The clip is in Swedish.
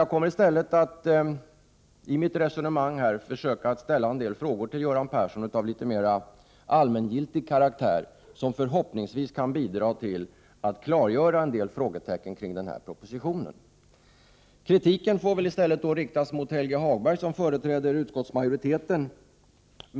Jag kommer i stället att i mitt resonemang här försöka ställa en del frågor till Göran Persson av litet mera allmängiltig karaktär, som förhoppningsvis kan bidra till att räta ut en del frågetecken kring den här propositionen. Kritiken får väl riktas till Helge Hagberg, som företräder utskottsmajoriteten.